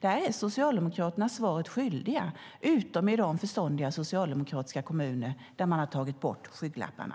Där är Socialdemokraterna svaret skyldiga, utom i de förståndiga socialdemokratiska kommuner där man har tagit bort skygglapparna.